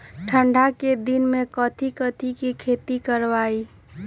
ठंडा के दिन में कथी कथी की खेती करवाई?